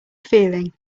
feeling